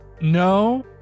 No